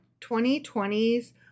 2020s